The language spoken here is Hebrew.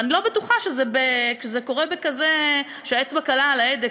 ואני לא בטוחה שכשהאצבע קלה על ההדק